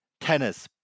tennis